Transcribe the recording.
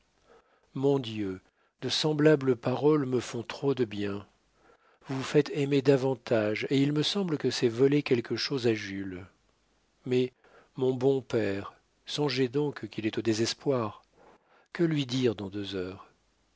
mon dieu de semblables paroles me font trop de bien vous vous faites aimer davantage et il me semble que c'est voler quelque chose à jules mais mon bon père songez donc qu'il est au désespoir que lui dire dans deux heures